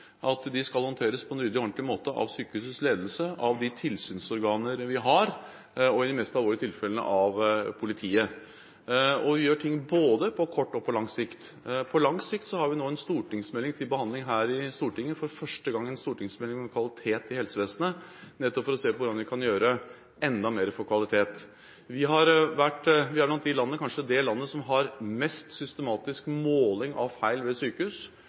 De skal håndteres på en ryddig og ordentlig måte av sykehusets ledelse, av de tilsynsorganer vi har, og i de mest alvorlige tilfellene av politiet. Vi gjør ting både på kort og på lang sikt. På lang sikt har vi nå en stortingsmelding til behandling her i Stortinget – for første gang en stortingsmelding om kvalitet i helsevesenet – nettopp for å se hvordan vi kan gjøre enda mer når det gjelder kvalitet. Vi er kanskje det landet som har mest systematisk måling av feil ved sykehus